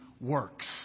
works